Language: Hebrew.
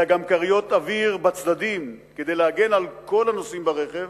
אלא גם כריות אוויר בצדדים כדי להגן על כל הנוסעים ברכב,